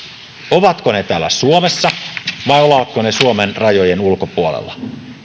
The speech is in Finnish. ovatko ne täällä suomessa vai ovatko ne suomen rajojen ulkopuolella